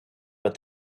but